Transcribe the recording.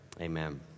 Amen